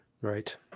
Right